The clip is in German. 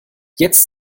jetzt